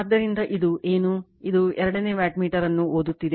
ಆದ್ದರಿಂದ ಇದು ಏನು ಇದು ಎರಡನೇ ವ್ಯಾಟ್ಮೀಟರ್ ಅನ್ನು ಓದುತ್ತಿದೆ